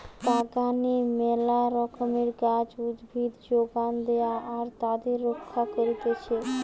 বাগানে মেলা রকমের গাছ, উদ্ভিদ যোগান দেয়া আর তাদের রক্ষা করতিছে